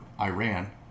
Iran